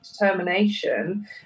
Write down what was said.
determination